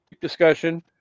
discussion